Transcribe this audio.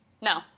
No